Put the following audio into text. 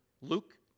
Luke